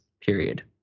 period